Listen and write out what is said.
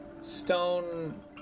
stone